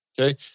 Okay